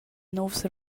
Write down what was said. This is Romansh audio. nouvs